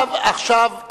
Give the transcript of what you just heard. עכשיו,